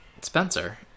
Spencer